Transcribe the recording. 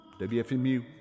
WFMU